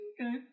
okay